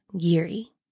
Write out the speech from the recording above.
Giri